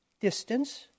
distance